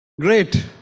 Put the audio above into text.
Great